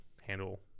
handle